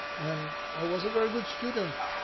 and i was a very good student,